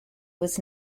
was